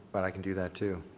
but i can do that too.